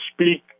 speak